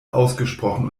ausgesprochen